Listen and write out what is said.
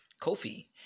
Kofi